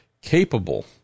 capable